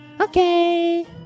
Okay